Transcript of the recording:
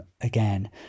again